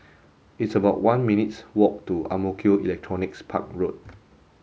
it's about one minutes' walk to Ang Mo Kio Electronics Park Road